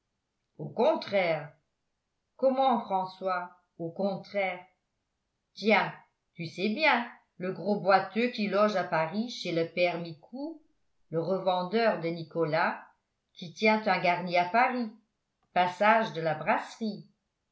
au contraire comment françois au contraire tiens tu sais bien le gros boiteux qui loge à paris chez le père micou le revendeur de nicolas qui tient un garni à paris passage de la brasserie